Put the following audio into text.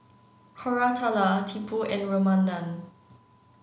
Koratala Tipu and Ramanand